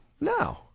no